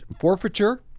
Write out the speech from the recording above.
forfeiture